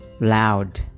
loud